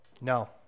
No